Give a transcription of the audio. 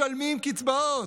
משלמים קצבאות.